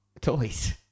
toys